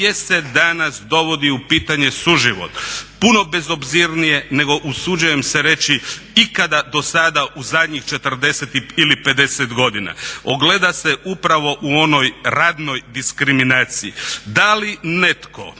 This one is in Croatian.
gdje se danas dovodi u pitanje suživot? Puno bezobzirnije nego usuđujem se reći ikada do sada u zadnjih 40 ili 50 godina. Ogleda se upravo u onoj radnoj diskriminaciji. Da li netko